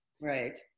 Right